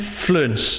influence